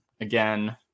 again